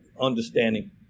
understanding